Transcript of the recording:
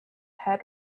head